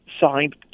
signed